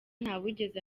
ntawigeze